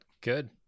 Good